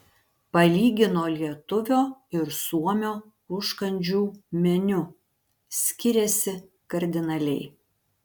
palygino lietuvio ir suomio užkandžių meniu skiriasi kardinaliai